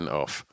off